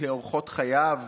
לאורחות חייו,